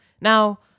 Now